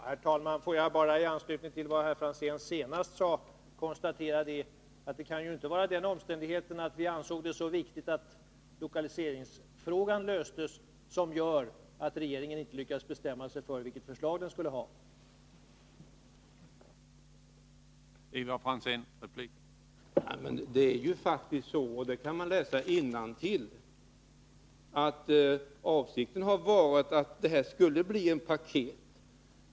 Herr talman! Får jag i anslutning till vad herr Franzén senast sade bara konstatera följande. Det kan inte vara den omständigheten att vi ansåg det vara så viktigt att lokaliseringsfrågan löstes som gör att regeringen inte lyckas bestämma sig för vilket förslag som den skall lägga fram.